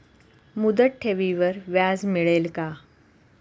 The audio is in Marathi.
मुदत ठेवीवर व्याज मिळेल का?